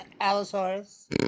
allosaurus